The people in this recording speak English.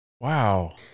wow